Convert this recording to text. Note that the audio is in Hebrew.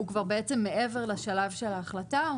הוא כבר בעצם מעבר לשלב של ההחלטה.